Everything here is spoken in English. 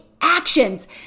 actions